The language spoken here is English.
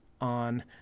on